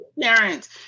parents